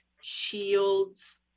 shields